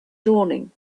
dawning